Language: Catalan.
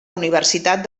universitat